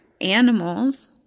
animals